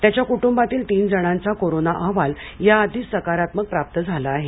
त्याच्या कुटुंबातील तीन जणांचा कोरोना अहवाल अगोदरच सकारात्मक प्राप्त झाला आहे